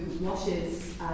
washes